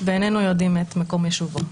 ואיננו יודעים את מקום יישובו.